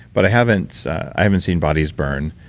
but i haven't i haven't seen bodies burned.